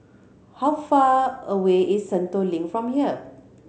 how far away is Sentul Link from here